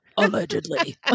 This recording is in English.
Allegedly